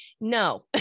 no